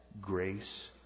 grace